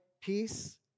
peace